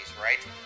right